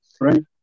Right